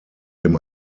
dem